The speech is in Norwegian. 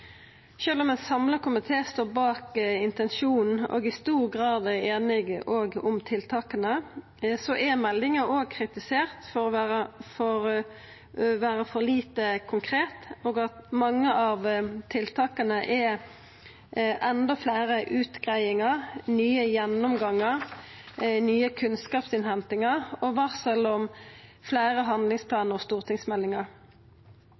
om ein samla komité står bak intensjonen og i stor grad er einige om tiltaka, er meldinga òg kritisert for å vera for lite konkret, og for at mange av tiltaka er enda fleire utgreiingar, nye gjennomgangar, meir kunnskapsinnhenting og varsel om fleire